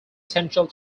potential